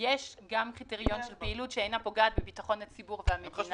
--- יש גם קריטריון של פעילות שאינה פוגעת בביטחון הציבור והמדינה,